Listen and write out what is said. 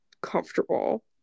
comfortable